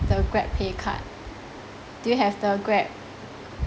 the grabpay card do you have the grab